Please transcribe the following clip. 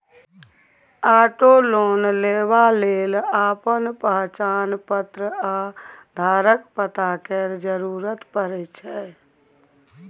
auto loan लेबा लेल अपन पहचान पत्र आ घरक पता केर जरुरत परै छै